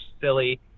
silly